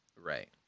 Right